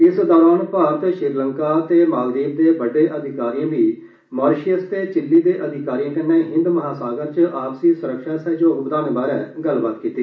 इस दौरान भारत श्रीलंका ते मालद्वीप दे बड़्े अधिकारियें बी मारिशियस ते चिल्ली दे अधिकारियें कन्नै हिन्दे महासागर च आपसी सुरक्षा सहयोग बदाने बारै गल्लबात कीती